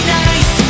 nice